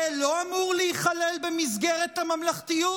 זה לא אמור להיכלל במסגרת הממלכתיות?